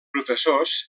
professors